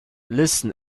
listen